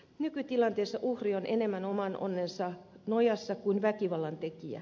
nykytilanteessa uhri on enemmän oman onnensa nojassa kuin väkivallan tekijä